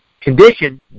Condition